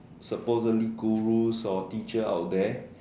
supposedly gurus or teacher out there